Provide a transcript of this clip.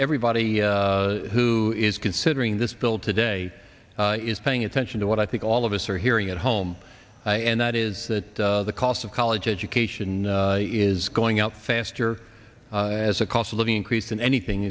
everybody who is considering this bill today is paying attention to what i think all of us are hearing at home and that is that the cost of college education is going out faster as a cost of living increase than anything